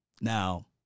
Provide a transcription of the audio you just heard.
Now